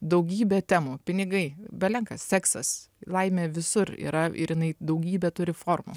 daugybė temų pinigai belenkas seksas laimė visur yra ir jinai daugybę turi formų